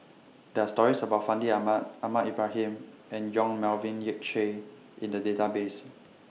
There Are stories about Fandi Ahmad Ahmad Ibrahim and Yong Melvin Yik Chye in The Database